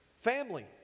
family